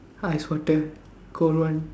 ice water cold one